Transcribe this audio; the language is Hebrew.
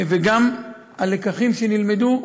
והלקחים שנלמדו,